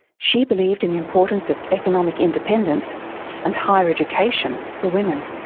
she believed in the importance of economic independence and higher education for women,